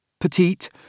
Petite